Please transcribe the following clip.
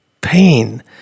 pain